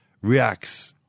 reacts